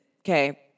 okay